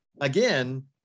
again